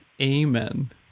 Amen